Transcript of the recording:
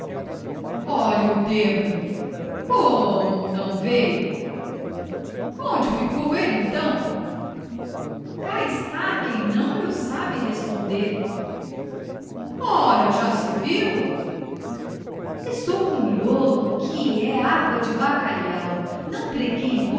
o demo como não veio onde ficou ele então cá está quem não lho sabe responder ora já se viu estou com o miolo que é água de bacalhau não preguei